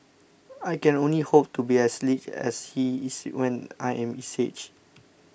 I can only hope to be as lithe as he is when I am his age